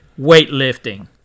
weightlifting